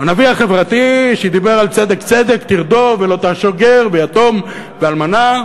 הנביא החברתי שדיבר על צדק צדק תרדוף ולא תעשוק גר ויתום ואלמנה,